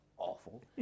awful